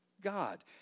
God